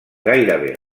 gairebé